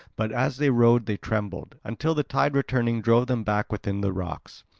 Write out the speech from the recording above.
but as they rowed they trembled, until the tide returning drove them back within the rocks.